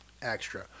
extra